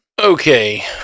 okay